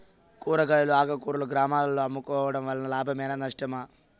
కూరగాయలు ఆకుకూరలు గ్రామాలలో అమ్ముకోవడం వలన లాభమేనా నష్టమా?